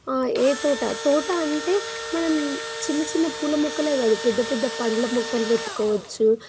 ఏ తోట తోట అంటే మనం చిన్న చిన్న పూల మొక్కలే కాదు పెద్ద పెద్ద పండ్ల మొక్కలు పెట్టుకోవచ్చు